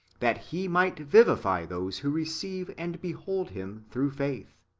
that he might vivify those who receive and behold him through faith.